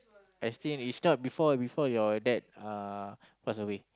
I think it's not before before your dad uh passed away